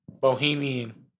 Bohemian